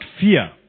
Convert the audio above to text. fear